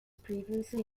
previously